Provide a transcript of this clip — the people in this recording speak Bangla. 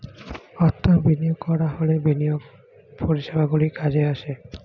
অর্থ বিনিয়োগ করা হলে বিনিয়োগ পরিষেবাগুলি কাজে আসে